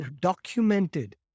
documented